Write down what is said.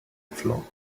flaw